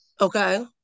okay